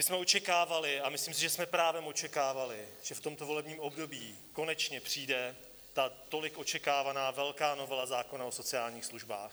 My jsme očekávali, a myslím si, že jsme právem očekávali, že v tomto volebním období konečně přijde ta tolik očekávaná velká novela zákona o sociálních službách.